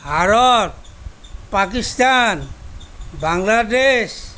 Bharat Pakistan Bangladesh